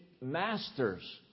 masters